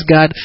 God